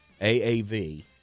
AAV